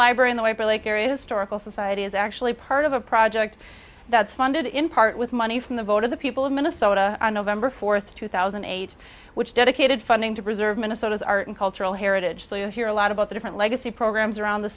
library in the upper lake area historical society is actually part of a project that's funded in part with money from the vote of the people of minnesota on november fourth two thousand and eight which dedicated funding to preserve minnesota's art and cultural heritage so you hear a lot about the different legacy programs around the